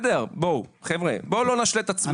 בואו לא נשלה את עצמנו.